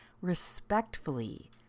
respectfully